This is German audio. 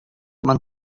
man